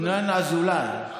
ינון אזולאי.